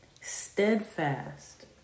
Steadfast